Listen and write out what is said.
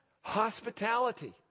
Hospitality